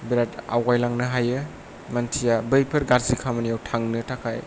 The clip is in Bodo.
बिराद आवगायलांनो हायो मानसिया बैफोर गाज्रि खामानियाव थांनो थाखाय